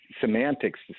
semantics